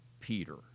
Peter